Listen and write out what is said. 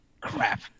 crap